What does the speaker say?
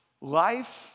life